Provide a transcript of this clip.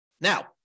Now